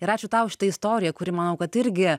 ir ačiū tau už šitą istoriją kuri manau kad irgi